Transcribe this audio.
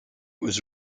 was